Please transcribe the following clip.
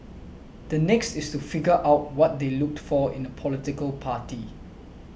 the next is to figure out what they looked for in a political party